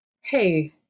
hey